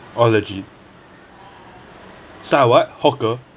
orh legit start a what hawker